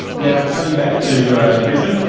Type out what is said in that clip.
now coming back to brisbane.